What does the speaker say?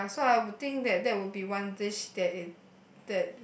ya so I would think that that would be one dish that it